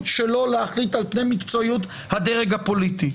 שלו להחליט על פני מקצועיות הדרג הפוליטי.